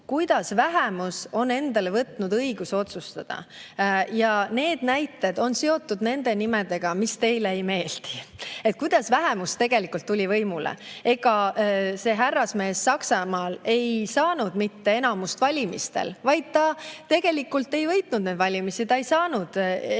kuidas vähemus on endale võtnud õiguse otsustada – ja need näited on seotud nende nimedega, mis teile ei meeldi –, kuidas vähemus tegelikult tuli võimule. Ega see härrasmees Saksamaal ei saanud valimistel enamust, ta tegelikult ei võitnud neid valimisi. Ta ei saanud enamust,